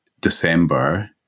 December